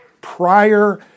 prior